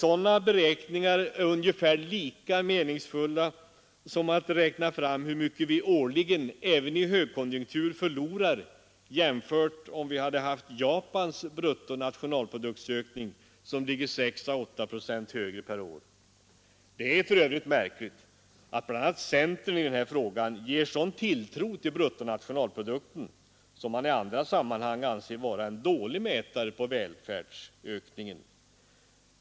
Sådana beräkningar är ungefär lika meningsfulla som att räkna fram hur mycket vi årligen — även i högkonjunktur — förlorar jämfört med om vi haft Japans bruttonationalproduktsökning, som ligger 6 å 8 procent högre per år. Det är för övrigt märkligt att bl.a. centern i den här frågan sätter sådan tilltro till bruttonationalprodukten, som man i andra sammanhang anser vara en dålig mätare på välfärdsökningen.